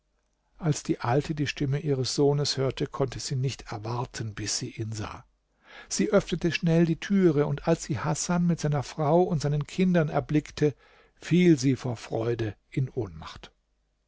als die alte die stimme ihres sohnes hörte konnte sie nicht erwarten bis sie ihn sah sie öffnete schnell die türe und als sie hasan mit seiner frau und seinen kindern erblickte fiel sie vor freude in ohnmacht